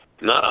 No